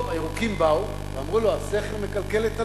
הירוקים באו ואמרו לו: הסכר מקלקל את הנוף.